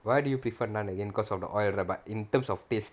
why do you prefer naan again because of the oil lah but in terms of taste